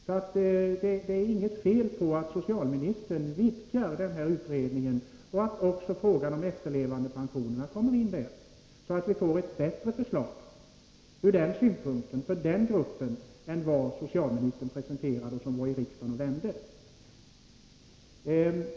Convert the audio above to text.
Det är inget fel att socialministern vidgar den här utredningen till att gälla också frågan om efterlevandepensionerna, så att vi ur den synpunkten får ett bättre förslag för denna grupp än det förslag som socialministern presenterade och som var i riksdagen och vände.